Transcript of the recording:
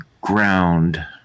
ground